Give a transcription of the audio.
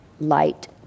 light